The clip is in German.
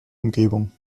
umgebung